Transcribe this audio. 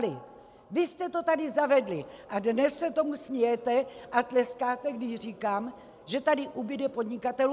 Vy jste to tady zavedli a dnes se tomu smějete a tleskáte, když říkám, že tady ubude podnikatelů.